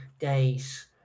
days